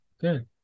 good